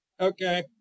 okay